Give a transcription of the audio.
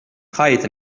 ħajti